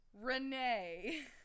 Renee